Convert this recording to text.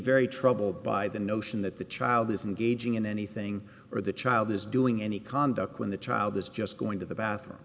very troubled by the notion that the child isn't gauging in anything or the child is doing any conduct when the child is just going to the bathroom